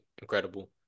incredible